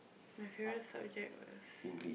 my favourite subject was